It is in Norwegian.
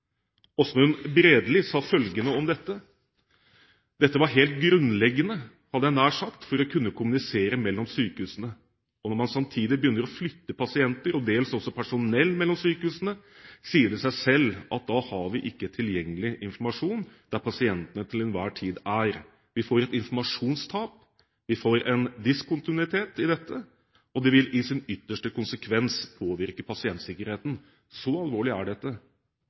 Bredeli sa følgende om dette: «Dette var helt grunnleggende – hadde jeg nær sagt – for å kunne kommunisere mellom sykehusene, og når man samtidig begynner å flytte pasienter og dels også personell mellom sykehusene, sier det seg selv at da har vi ikke tilgjengelig informasjon der pasientene til enhver tid er. Vi får et informasjonstap, vi får en diskontinuitet i dette, og det vil i sin ytterste konsekvens påvirke pasientsikkerheten.» Så alvorlig er dette,